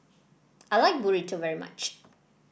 I like Burrito very much